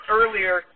earlier